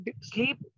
sleep